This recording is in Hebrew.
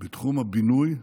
בתחום הבינוי,